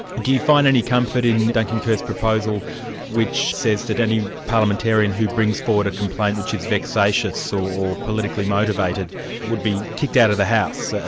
do you find any comfort in duncan kerr's proposal which says that any parliamentarian who brings forward a complaint which is vexatious so or politically motivated would be kicked out of the house ah